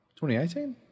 2018